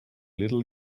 little